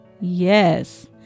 Yes